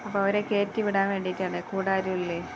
അപ്പോള് അവരെ കയറ്റിവിടാൻ വേണ്ടിയിട്ടാണ് കൂടെ ആരുമില്ലേ